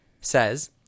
says